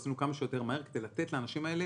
עשינו כמה שיותר מהר כדי לתת לאנשים האלה